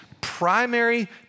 primary